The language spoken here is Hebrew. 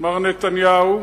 מר נתניהו,